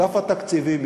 אגף התקציבים,